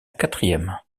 quatrième